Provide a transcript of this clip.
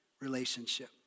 Relationship